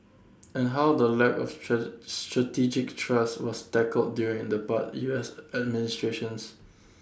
and how the lack of strategic trust was tackled during the past U S administrations